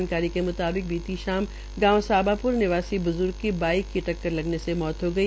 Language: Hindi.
जानकारी के म्ताबिक बीती शाम गावं साबाप्र निवासी ब्ज्र्ग की बाईक की टक्कर लगने से मौत हो गई